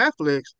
Netflix